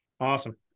Awesome